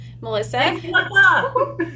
melissa